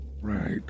Right